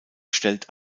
stellt